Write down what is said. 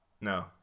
No